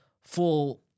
full